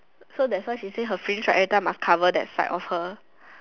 so that's why she say her fringe right every time must cover that side of her